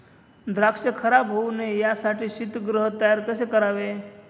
द्राक्ष खराब होऊ नये यासाठी शीतगृह तयार कसे करावे?